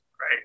right